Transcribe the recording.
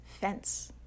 fence